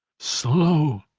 slow!